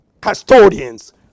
custodians